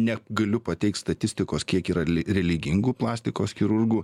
negaliu pateikt statistikos kiek yra religingų plastikos chirurgų